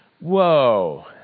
whoa